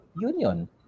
union